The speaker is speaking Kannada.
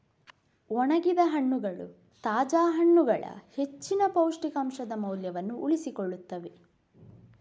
ಒಣಗಿದ ಹಣ್ಣುಗಳು ತಾಜಾ ಹಣ್ಣುಗಳ ಹೆಚ್ಚಿನ ಪೌಷ್ಟಿಕಾಂಶದ ಮೌಲ್ಯವನ್ನು ಉಳಿಸಿಕೊಳ್ಳುತ್ತವೆ